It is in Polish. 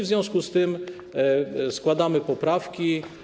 W związku z tym składamy poprawki.